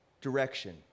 direction